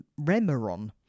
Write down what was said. Remeron